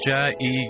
Jai